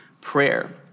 prayer